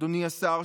אדוני השר,